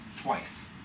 twice